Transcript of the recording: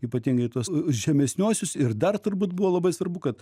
ypatingai tuos žemesniuosius ir dar turbūt buvo labai svarbu kad